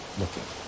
looking